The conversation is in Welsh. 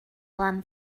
lan